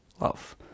love